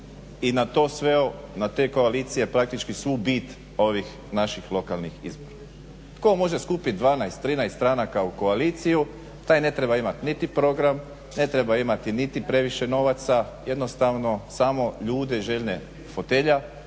i na to sveo, na te koalicije praktički svu bit ovih naših lokalnih izbora. Tko može skupiti 12, 13 stranaka u koaliciju taj ne treba imati niti program, ne treba imati niti previše novaca jednostavno samo ljude željne fotelja